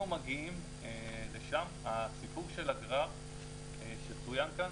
אנחנו מגיעים לשם, הסיפור של הגרר שצוין כאן